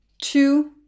two